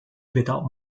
without